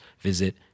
visit